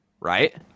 right